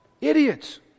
idiots